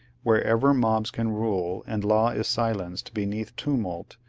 where ever mobs can rule, and law is silenced beneath tumult,